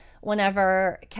whenever